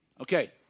Okay